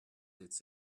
its